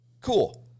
cool